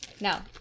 Now